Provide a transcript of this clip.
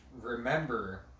remember